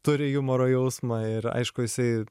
turi jumoro jausmą ir aišku jisai